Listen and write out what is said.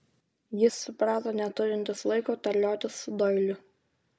jis suprato neturintis laiko terliotis su doiliu